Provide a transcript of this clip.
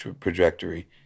trajectory